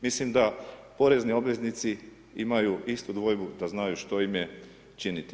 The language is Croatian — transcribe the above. Mislim da porezni obveznici imaju istu dvojbu da znaju što im je činiti.